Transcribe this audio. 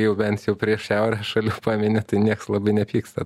jau bent jau prie šiaurės šalių pamini tai nieks labai nepyksta